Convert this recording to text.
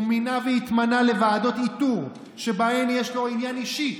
הוא מינה והתמנה לוועדות איתור שבהן יש לו עניין אישי,